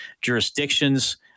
jurisdictions